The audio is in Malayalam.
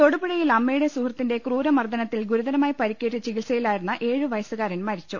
തൊടുപുഴയിൽ അമ്മയുടെ സൂഹൃത്തിന്റെ ക്രൂരമർദ്ദനത്തിൽ ഗുരുതരമായി പരിക്കേറ്റ് ചികിത്സയിലായിരുന്ന ഏഴു വയസ്സുകാ രൻ മരിച്ചു